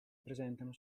presentano